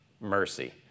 mercy